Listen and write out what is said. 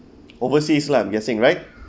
overseas lah I'm guessing right